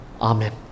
Amen